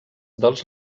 dels